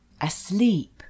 Asleep